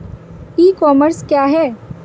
ई commerce क्या है?